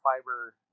fiber